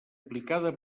aplicada